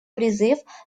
призыв